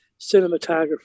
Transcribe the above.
cinematographer